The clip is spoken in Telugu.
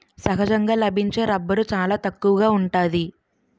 సహజంగా లభించే రబ్బరు చాలా తక్కువగా ఉంటాది